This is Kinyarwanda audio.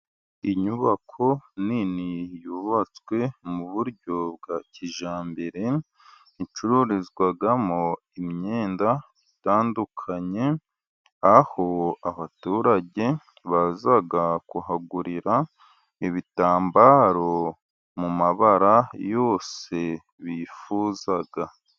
Inyubako nini, yubatswe mu buryo bwa kijyambere, icururizwamo imyenda itandukanye, aho abaturage baza kuhagurira ibitambaro mu mabara yose bifuza.